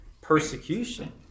persecution